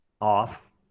off